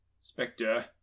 Spectre